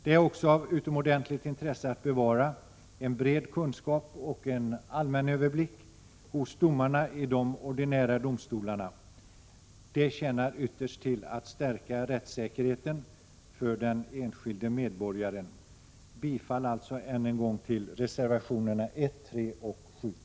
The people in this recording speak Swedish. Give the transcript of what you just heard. Det är också av utomordentligt intresse att bevara en bred kunskap och en allmän överblick hos domarna i de ordinära domstolarna. Det tjänar ytterst till att stärka rättssäkerheten för den enskilde medborgaren. Jag yrkar än en gång bifall till reservationerna 1, 3 och 7.